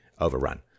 overrun